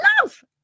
love